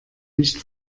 nicht